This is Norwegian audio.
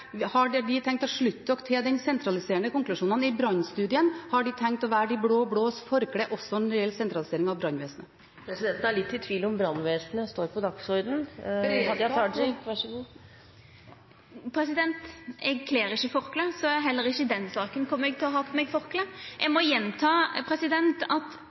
spør Arbeiderpartiet om de har tenkt å slutte seg til de sentraliserende konklusjonene i Brannstudien. Har de tenkt å være de blå-blås forkle også når de gjelder sentralisering av brannvesenet? Presidenten er litt i tvil om brannvesenet står på dagsordenen. Det er beredskap. Eg kler ikkje forkle, så heller ikkje i den saka kjem eg til å ha på meg forkle. Eg må gjenta at